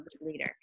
leader